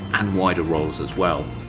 and wider roles as well,